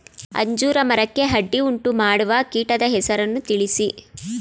ಅಂಜೂರ ಮರಕ್ಕೆ ಅಡ್ಡಿಯುಂಟುಮಾಡುವ ಕೀಟದ ಹೆಸರನ್ನು ತಿಳಿಸಿ?